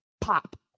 pop